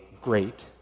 great